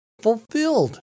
fulfilled